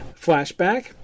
Flashback